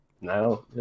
Now